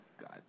God